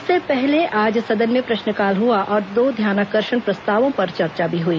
इससे पहले आज सदन में प्रश्नकाल हआ और दो ध्यानाकर्षण प्रस्तावों पर चर्चा भी हई